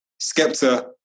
Skepta